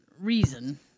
reason